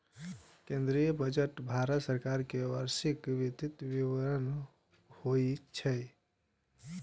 केंद्रीय बजट भारत सरकार के वार्षिक वित्तीय विवरण होइ छै